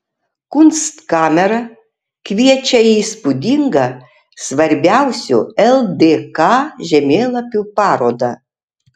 kunstkamera kviečia į įspūdingą svarbiausių ldk žemėlapių parodą